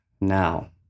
Now